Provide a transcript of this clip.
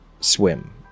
swim